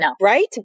Right